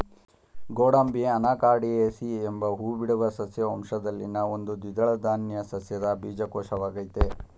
ಗೋಡಂಬಿ ಅನಾಕಾರ್ಡಿಯೇಸಿ ಎಂಬ ಹೂಬಿಡುವ ಸಸ್ಯ ವಂಶದಲ್ಲಿನ ಒಂದು ದ್ವಿದಳ ಧಾನ್ಯ ಸಸ್ಯದ ಬೀಜಕೋಶವಾಗಯ್ತೆ